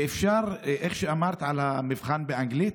איך שאמרת על המבחן באנגלית,